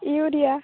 urea